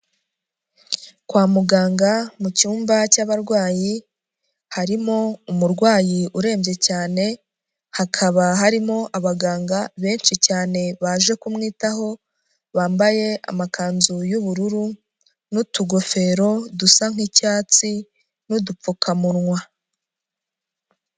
Kwa muganga mu cyumba cy'abarwayi, harimo umurwayi urembye cyane hakaba harimo abaganga benshi cyane baje kumwitaho, bambaye amakanzu y'ubururu n'utugofero dusa nk'icyatsi n'udupfukamunwa.